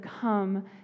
come